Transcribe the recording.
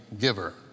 giver